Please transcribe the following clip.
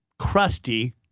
crusty